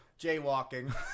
Jaywalking